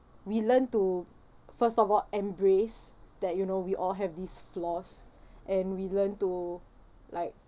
we learn to first of all embrace that you know we all have these flaws and we learn to like